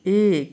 एक